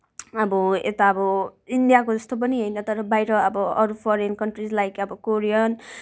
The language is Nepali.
अब यता अब इन्डियाको जस्तो पनि होइन तर बाहिर अब अरू फरेन कन्ट्रिज लाइक अब कोरियन